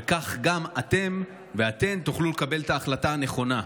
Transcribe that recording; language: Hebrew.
וכך גם אתם ואתן תוכלו לקבל את ההחלטה הנכונה.